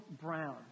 Brown